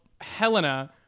Helena